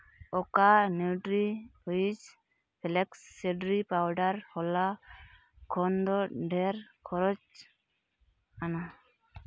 ᱚᱠᱟ ᱱᱤᱭᱩᱴᱨᱤ ᱩᱭᱤᱥ ᱯᱷᱮᱠᱥ ᱥᱤᱰᱨᱤ ᱯᱟᱣᱰᱟᱨ ᱦᱚᱞᱟ ᱠᱷᱚᱱ ᱫᱚ ᱰᱷᱮᱨ ᱠᱷᱚᱨᱚᱪ ᱟᱱᱟ